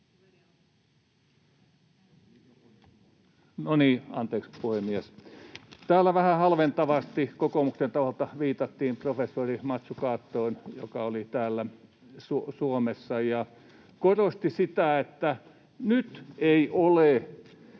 anteeksi, puhemies! — Täällä vähän halventavasti kokoomuksen taholta viitattiin professori Mazzucatoon, joka oli täällä Suomessa ja korosti sitä, että nyt ei ole